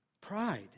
Pride